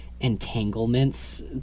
entanglements